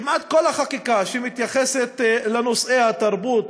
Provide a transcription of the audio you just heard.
כמעט כל החקיקה שמתייחסת לנושאי התרבות,